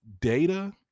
data